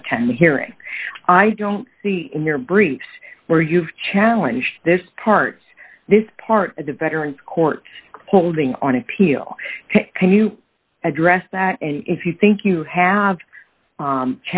attend the hearing i don't see in your briefs where you've challenge this part this part of the veterans court holding on appeal can you address that and if you think you have